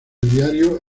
diario